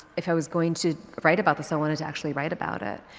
if i was going to write about this, i wanted to actually write about it.